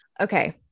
Okay